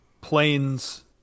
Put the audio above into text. planes